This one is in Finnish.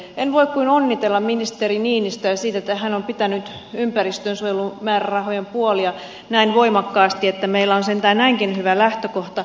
en voi kuin onnitella ministeri niinistöä siitä että hän on pitänyt ympäristönsuojelumäärärahojen puolia näin voimakkaasti että meillä on sentään näinkin hyvä lähtökohta